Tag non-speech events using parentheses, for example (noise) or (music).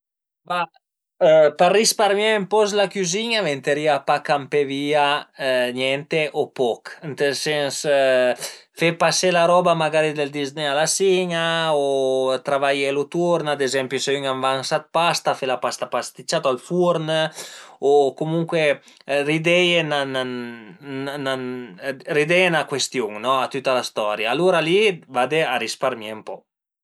Ma për risparmié ën po s'la cüzina vëntarìa pa campé via niente o poch, ënt ël sens fe pasé la roba magari del dizné a la sin-a o travaielu turna, ad ezempi se ün al avansa dë pasta, fe la pasta pasticciata o al furn o comuncue rideie (hesitation) rideie 'na cuestiun no a tüta la storia, alura li vade a risparmié ën poch